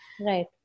Right